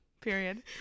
Period